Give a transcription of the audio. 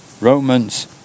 Romans